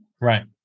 Right